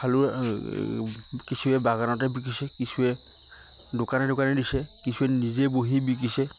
কিছুৱে বাগানতে বিকিছে কিছুৱে দোকানে দোকানে দিছে কিছুৱে নিজে বহি বিকিছে